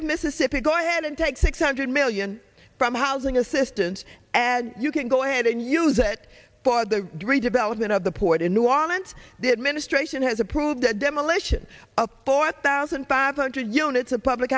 of mississippi go ahead and take six hundred million from housing assistance and you can go ahead and use it for the redevelopment of the port in new orleans the administration has approved the demolition of four thousand five hundred units a public